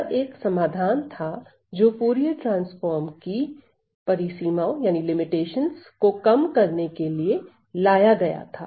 यह एक समाधान था जो फूरिये ट्रांसफार्म की परिसीमाओं को कम करने के लिए लाया गया था